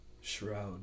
shroud